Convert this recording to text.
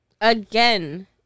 again